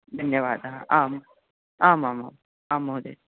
धन्यवादः आम् आमामाम् आं महोदय